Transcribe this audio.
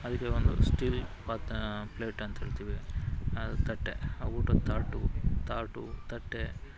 ಅದಕ್ಕೆ ಒಂದು ಸ್ಟೀಲ್ ಪಾತ್ ಪ್ಲೇಟ್ ಅಂತ ಹೇಳ್ತೀವಿ ಅದು ತಟ್ಟೆ ಆ ಊಟದ ತಾಟು ತಾಟು ತಟ್ಟೆ